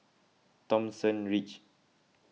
Thomson Ridge